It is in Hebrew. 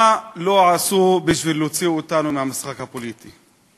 מה לא עשו בשביל להוציא אותנו מהמשחק הפוליטי,